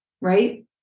right